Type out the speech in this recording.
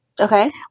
Okay